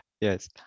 Yes